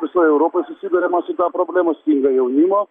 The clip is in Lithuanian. visoj europoj susiduriama su ta problema stinga jaunimo